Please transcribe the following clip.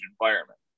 environment